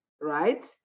right